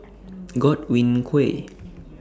Godwin Koay